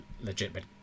legitimate